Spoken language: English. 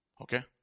Okay